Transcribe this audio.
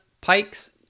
pikes